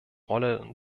rolle